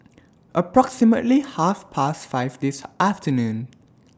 approximately Half Past five This afternoon